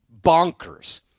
bonkers